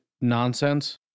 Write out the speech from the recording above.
nonsense